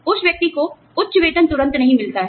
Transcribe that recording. उस व्यक्ति को उच्च वेतन तुरंत नहीं मिलता है